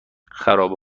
خرابه